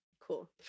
Cool